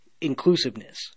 inclusiveness